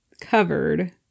covered